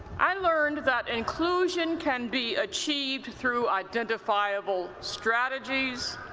i learned that inclusion can be achieved through identifiable strategies,